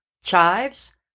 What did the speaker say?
chives